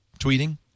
tweeting